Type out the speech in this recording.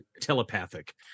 Telepathic